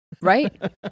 right